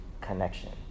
connection